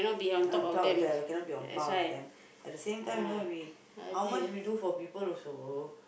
we cannot be on par with them at the same time you know we how much we do for people also